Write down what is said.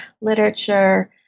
literature